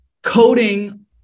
coding